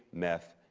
meth,